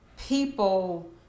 people